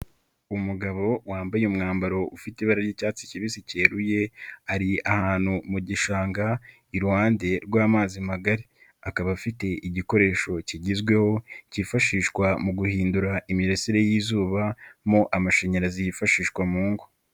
Umugabo wambaye umwambaro ufite ibara ry'icyatsi kibisi cyeruye ari ahantu mu gishanga iruhande rw'amazi magari, akaba afite igikoresho kigezweho cyifashishwa mu guhindura imirasire y'izuba mo amashanyarazi yifashishwa mu ngo.